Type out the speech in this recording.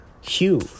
Hugh